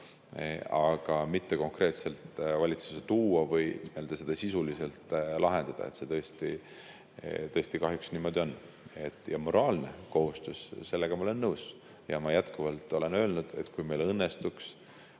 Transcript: aga mitte konkreetselt valitsusse tuua või seda sisuliselt lahendada. See tõesti kahjuks niimoodi on. Moraalne kohustus on, sellega ma olen nõus, ja ma jätkuvalt ütlen, et kui meil õnnestuks